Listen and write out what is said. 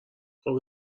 خوب